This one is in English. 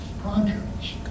projects